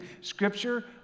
Scripture